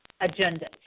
agenda